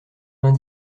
vingt